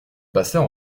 passait